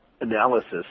analysis